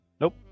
Nope